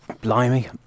blimey